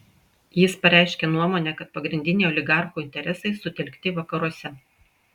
jis pareiškė nuomonę kad pagrindiniai oligarchų interesai sutelkti vakaruose